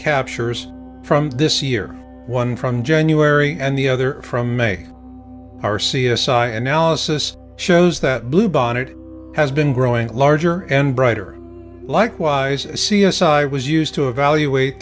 captures from this year one from january and the other from may our c s i analysis shows that blue bonnet has been growing larger and brighter likewise c s i was used to evaluate